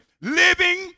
living